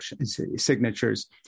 signatures